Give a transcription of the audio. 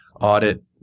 audit